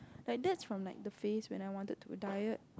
like that's from the phrase when I want to diet